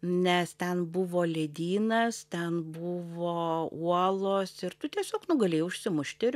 nes ten buvo ledynas ten buvo uolos ir tu tiesiog nu galėjai užsimušti ir